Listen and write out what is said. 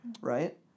right